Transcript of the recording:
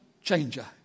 changer